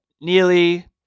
Neely